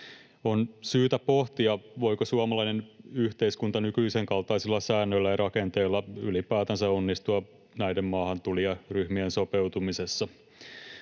On syytä pohtia, voiko suomalainen yhteiskunta nykyisen kaltaisilla säännöillä ja rakenteella ylipäätänsä onnistua näiden maahantulijaryhmien sopeutumisessa